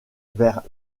vers